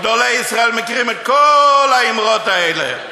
גדולי ישראל מכירים את כל האמרות האלה.